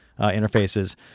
interfaces